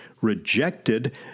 rejected